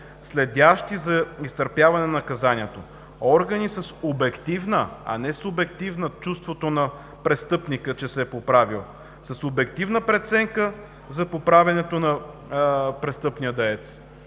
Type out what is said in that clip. следящи за изтърпяване на наказанието, органи с обективна, а не субективна преценка – чувството на престъпника, че се е поправил – с обективна преценка за поправянето на престъпния деец.